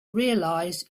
realize